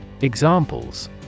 Examples